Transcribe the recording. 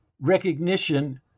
recognition